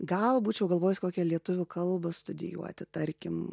gal būčiau galvojus kokią lietuvių kalbą studijuoti tarkim